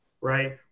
Right